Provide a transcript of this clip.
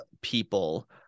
people